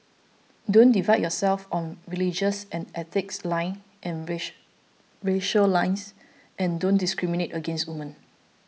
don't divide yourself on religious and ethnic lines and racial lines and don't discriminate against women